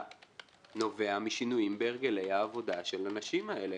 נובע משינויים בהרגלי העבודה של הנשים האלה,